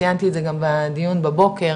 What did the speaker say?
ציינתי את זה גם בדיון בבוקר,